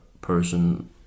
person